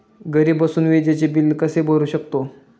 घरी बसून विजेचे बिल कसे भरू शकतो?